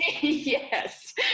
Yes